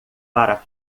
para